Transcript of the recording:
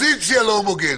גם האופוזיציה לא הומוגנית.